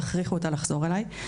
תכריחו אותה לחזור אליי.